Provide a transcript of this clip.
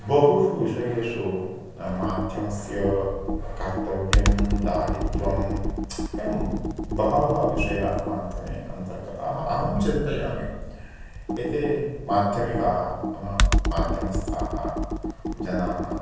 बहुषु विषयेषु माध्यमस्य कर्तव्यं दायित्वम् एवं बहवः विषयाः माध्यमे अन्तर्गताः अहं चिन्तयामि एते माध्यमिकाः नाम माध्यमस्थाः जनाः